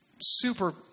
super